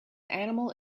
animal